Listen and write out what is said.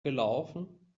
gelaufen